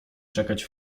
czekać